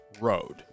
road